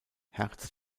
herz